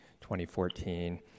2014